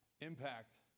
impact